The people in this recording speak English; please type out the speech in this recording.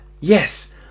Yes